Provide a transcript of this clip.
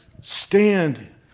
stand